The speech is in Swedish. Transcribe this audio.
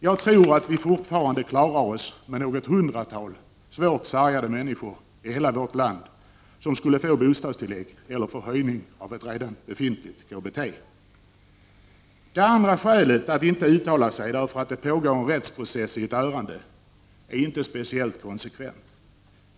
Jag tror att vi fortfarande bara har att räkna med något hundratal svårt sargade människor i hela vårt land som då skulle få bostadstillägg eller höjning av ett redan befintligt kommunalt bostadstillägg. Det andra skälet att inte uttala sig, att det pågår en rättsprocess i ett ärende, är inte speciellt konsekvent.